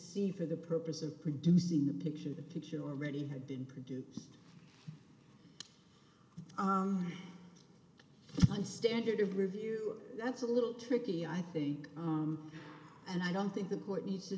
see for the purpose of producing the picture the picture already had been produced my standard of review that's a little tricky i think and i don't think the court needs to